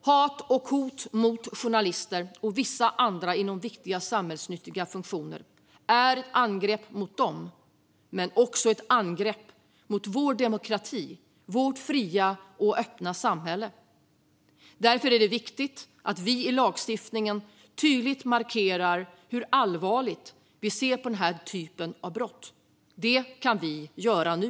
Hat och hot mot journalister och vissa andra inom viktiga samhällsnyttiga funktioner är ett angrepp mot dem men också ett angrepp mot demokratin och mot det fria och öppna samhället. Därför är det viktigt att vi i lagstiftningen tydligt markerar hur allvarligt vi ser på den här typen av brott. Det kan vi göra nu.